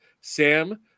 Sam